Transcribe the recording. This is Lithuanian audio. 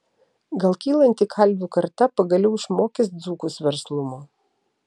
gal kylanti kalvių karta pagaliau išmokys dzūkus verslumo